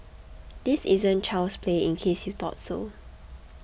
this isn't child's play in case you thought so